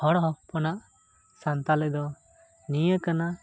ᱦᱚᱲ ᱦᱚᱯᱚᱱᱟᱜ ᱥᱟᱱᱛᱟᱞᱤ ᱫᱚ ᱱᱤᱭᱟᱹ ᱠᱟᱱᱟ